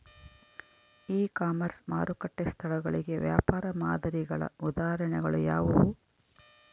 E commerce ಮಾರುಕಟ್ಟೆ ಸ್ಥಳಗಳಿಗೆ ವ್ಯಾಪಾರ ಮಾದರಿಗಳ ಉದಾಹರಣೆಗಳು ಯಾವುವು?